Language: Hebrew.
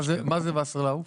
מה זה וסרלאוף?